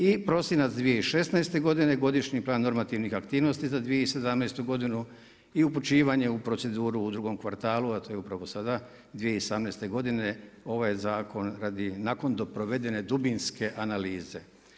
I prosinac 2016. godine, godišnji plan normativnih aktivnosti za 2017. godinu i upućivanje u proceduru u drugom kvartalu, a to je upravo sada 2017. godine, ovaj je zakon, radi nakon provedene dubinske analize.